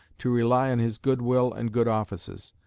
to rely on his good-will and good offices.